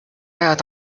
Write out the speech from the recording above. out